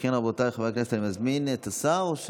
אם כן, רבותיי, אני מזמין את השר, או,